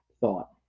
thought